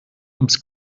ums